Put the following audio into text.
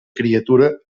criatura